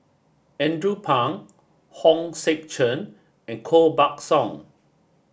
Andrew Phang Hong Sek Chern and Koh Buck Song